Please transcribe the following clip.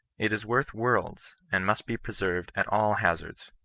it is worth worlds, and must be preserved at all hazards.